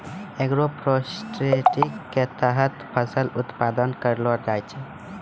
agroforestry के तहत फसल उत्पादन करलो जाय छै